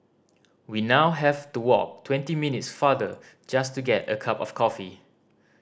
we now have to walk twenty minutes farther just to get a cup of coffee